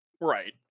Right